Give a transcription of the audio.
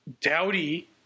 Dowdy